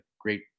great